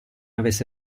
avesse